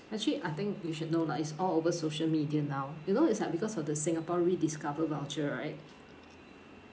actually I think you should know lah it's all over social media now you know it's like because of the singapore rediscover voucher right